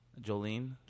jolene